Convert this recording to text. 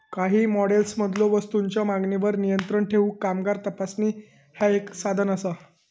काही मॉडेल्समधलो वस्तूंच्यो मागणीवर नियंत्रण ठेवूक कामगार तपासणी ह्या एक साधन असा